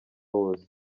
wose